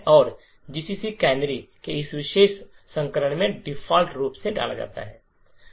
अब GCC canary के इस विशेष संस्करण में डिफ़ॉल्ट रूप से डाला जाता है